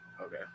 Okay